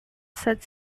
such